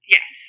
Yes